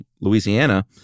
Louisiana